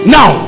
Now